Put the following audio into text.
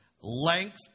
length